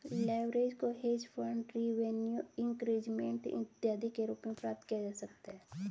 leverage को hedge fund revenue increment इत्यादि के रूप में प्राप्त किया जा सकता है